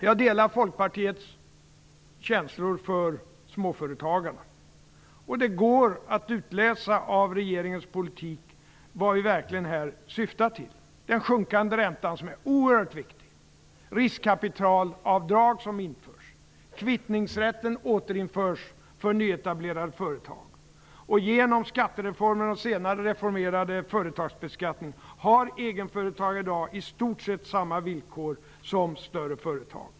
Jag delar Folkpartiets känslor för småföretagarna. Det går att utläsa av regeringens politik vad det är vi verkligen syftar till: den sjunkande räntan, som är oerhört viktig. Riskkapitalavdrag införs och kvittningsrätten återinförs för nyetablerade företag. Genom skattereformen och den senare reformerade företagsbeskattningen har egenföretag i dag i stort sett samma villkor som större företag.